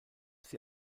sie